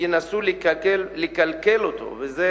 ינסו לקלקל אותו, ואלה